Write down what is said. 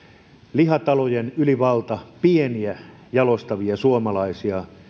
lihatalojen ylivalta pieniä jalostavia suomalaisia